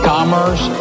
Commerce